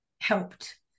helped